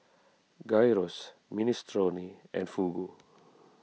Gyros Minestrone and Fugu